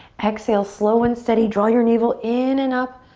exhale, slow and steady, draw your navel in and up.